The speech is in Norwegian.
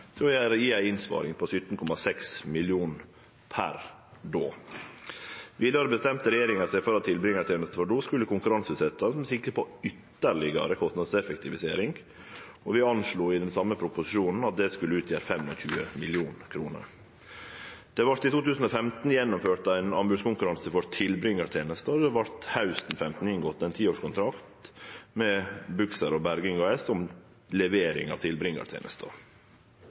til å ha gjeve ei innsparing på 17,6 mill. kr per då. Vidare bestemte regjeringa seg for at tilbringartenesta for los skulle konkurranseutsetjast med sikte på ytterlegare kostnadseffektivisering, og i den same proposisjonen anslo vi det til at det skulle utgjere 25 mill. kr. Det vart i 2015 gjennomført ein anbodskonkurranse for tilbringartenesta, og hausten 2015 vart det inngått ein tiårskontrakt med Buksér og Berging AS om levering av tilbringartenesta.